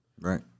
Right